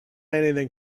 anything